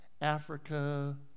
Africa